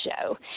show